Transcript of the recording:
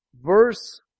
verse